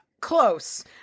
close